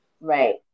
right